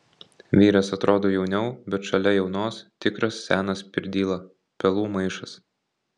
vyras atrodo jauniau bet šalia jaunos tikras senas pirdyla pelų maišas